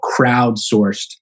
crowdsourced